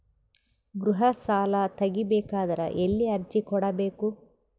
ಗೃಹ ಸಾಲಾ ತಗಿ ಬೇಕಾದರ ಎಲ್ಲಿ ಅರ್ಜಿ ಕೊಡಬೇಕು?